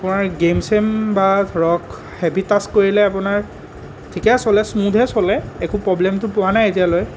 আপোনাৰ গেম চেম বা ধৰক হেভী টাস্ক কৰিলে আপোনাৰ ঠিকে চলে স্মুথে চলে একো প্ৰ'ব্লেমটো পোৱা নাই এতিয়ালৈ